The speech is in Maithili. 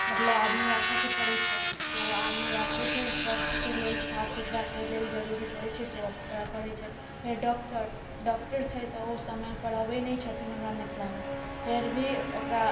मतलब आदमी राखयके पड़ैत छै तऽ ओ आदमी राखैत छै स्वच्छके लेल साफ सुथड़ाके लेल जरूरी पड़ैत छै तऽ ओ ओकरा करैत छै फेर डॉक्टर डॉक्टर छै तऽ ओ समयपर अबैत नहि छथिन हमरा मिथिलामे फेर भी ओकरा